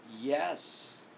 Yes